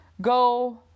go